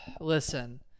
Listen